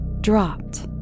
dropped